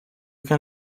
can